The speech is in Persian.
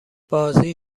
بازی